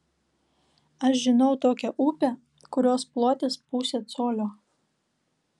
aš žinau tokią upę kurios plotis pusė colio